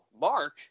Mark